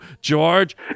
George